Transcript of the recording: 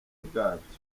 bwabyo